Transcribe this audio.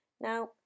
Now